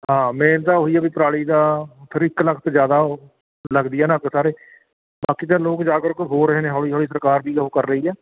ਹਾਂ ਮੇਨ ਤਾਂ ਉਹੀ ਆ ਵੀ ਪਰਾਲੀ ਦਾ ਫ਼ਿਰ ਇਕ ਲਖਤ ਜ਼ਿਆਦਾ ਉਹ ਲੱਗਦੀ ਹੈ ਨਾ ਅੱਗ ਸਾਰੇ ਬਾਕੀ ਤਾਂ ਲੋਕ ਜਾਗਰੂਕ ਹੋ ਰਹੇ ਨੇ ਹੌਲੀ ਹੌਲੀ ਸਰਕਾਰ ਵੀ ਉਹ ਕਰ ਰਹੀ ਆ